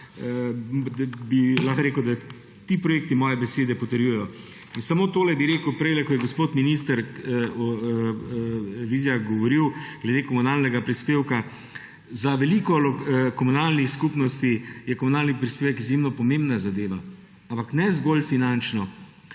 bi lahko rekel, da ti projekti moje besede potrjujejo. Samo tole bi rekel, ker je prejle gospod minister Vizjak govoril glede komunalnega prispevka. Za veliko komunalnih skupnosti je komunalni prispevek izjemno pomembna zadeva, ampak ne zgolj finančno.